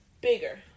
bigger